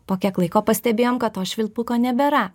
po kiek laiko pastebėjom kad to švilpuko nebėra